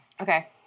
Okay